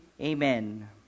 Amen